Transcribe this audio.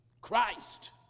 Christ